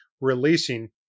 releasing